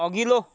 अघिल्लो